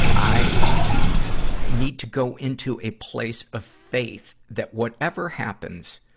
i need to go into a place of faith that whatever happens,